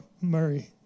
Murray